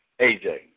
AJ